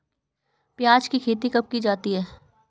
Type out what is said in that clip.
प्याज़ की खेती कब की जाती है?